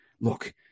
look